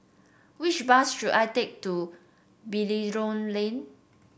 which bus should I take to Belilios Lane